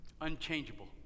Unchangeable